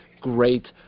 great